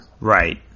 Right